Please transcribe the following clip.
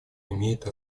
имеет